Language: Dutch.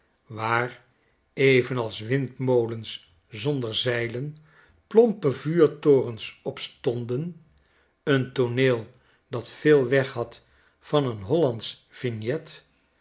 waar evenals windmolens zonder zeilen plompe vuurtorens op stonden een tooneel dat veel weghad van een hollandsch vignet